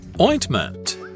ointment